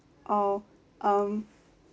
oh um